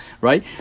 right